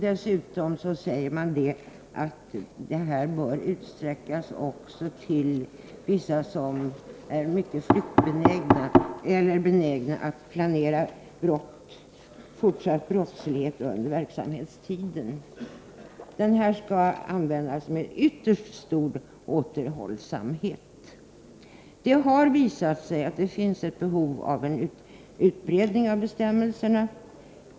Dessutom säger man att' kretsen bör utsträckas till att omfatta också sådana som är mycket flyktbenägna eller benägna att planera fortsatt brottslighet under verkställighetstiden. Bestämmelsen skall användas med ytterst stor återhållsamhet. Det har visat sig att det finns ett behov av en utvidgning av bestämmelserna.